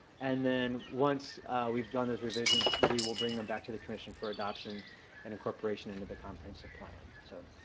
and then once we've done these revisions we will bring them back to the commission for adoption and incorporation into the comprehensive plan. so,